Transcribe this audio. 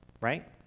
right